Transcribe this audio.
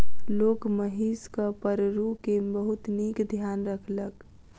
लोक महिषक पड़रू के बहुत नीक ध्यान रखलक